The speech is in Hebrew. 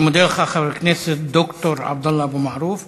אני מודה לך, חבר הכנסת ד"ר עבדאללה אבו מערוף.